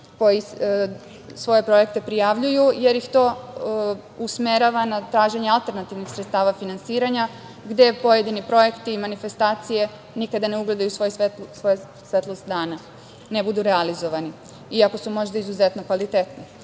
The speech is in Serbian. koji svoje projekte prijavljuju, jer ih to usmerava na traženje alternativnih sredstava finansiranja gde pojedini projekti i manifestacije nikada ne ugledaju svoje svetlost dana, ne budu realizovani, iako su možda izuzetno kvalitetni. Birajući